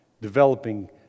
developing